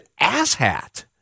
asshat